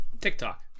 TikTok